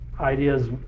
ideas